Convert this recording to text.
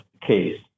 case